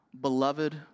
beloved